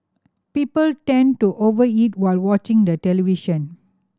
people tend to over eat while watching the television